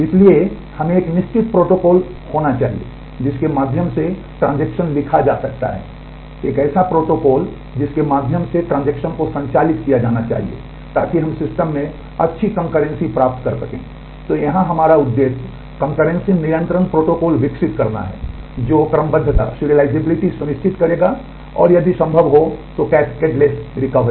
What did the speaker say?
इसलिए हमें एक निश्चित प्रोटोकॉल होना चाहिए जिसके माध्यम से ट्रांजेक्शन सुनिश्चित करेगा और यदि संभव हो तो कैस्केडलेस रिकवरी